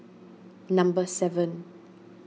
number seven